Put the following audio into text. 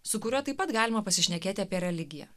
su kuriuo taip pat galima pasišnekėti apie religiją